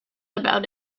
about